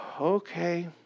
Okay